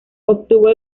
obtuvo